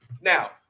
Now